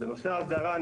בנושא ההסדרה,